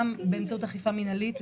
גם באמצעות אכיפה מינהלית,